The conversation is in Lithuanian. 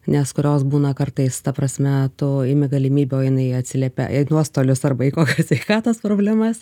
nes kurios būna kartais ta prasme tu imi galimybę o jinai atsiliepia į nuostolius arba į kokias sveikatos problemas